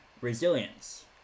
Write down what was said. Resilience